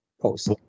post